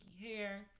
hair